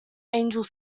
angels